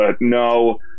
no